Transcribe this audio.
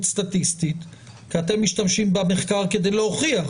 סטטיסטית כשאתם משתמשים במחקר כדי להוכיח